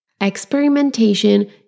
experimentation